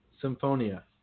Symphonia